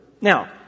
Now